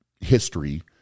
history